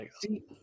See